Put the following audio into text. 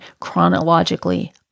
chronologically